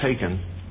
taken